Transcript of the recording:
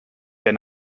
der